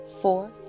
four